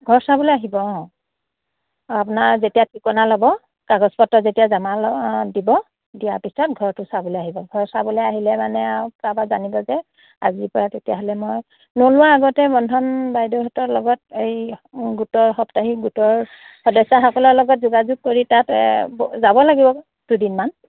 ঘৰ চাবলৈ আহিব অঁ আপোনাৰ যেতিয়া ঠিকনা ল'ব কাগজপত্ৰ যেতিয়া জমা ল দিব দিয়াৰ পিছত ঘৰটো চাবলৈ আহিব ঘৰ চাবলৈ আহিলে মানে আৰু তাৰপৰা জানিব যে আজিৰ পৰা তেতিয়াহ'লে মই নোলোৱাৰ আগতে বন্ধন বাইদেউহঁতৰ লগত এই গোটৰ সাপ্তাহিক গোটৰ সদস্যাসকলৰ লগত যোগাযোগ কৰি তাত যাব লাগিব দুদিনমান